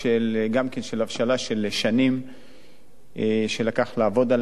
גם אחרי הבשלה של שנים שלקח לעבוד עליה.